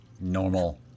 normal